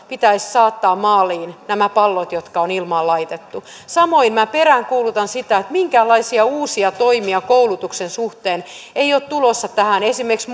pitäisi saattaa maaliin nämä pallot jotka on ilmaan laitettu samoin minä peräänkuulutan sitä että minkäänlaisia uusia toimia koulutuksen suhteen ei ole tulossa tähän esimerkiksi